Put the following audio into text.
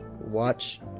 watch